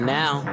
now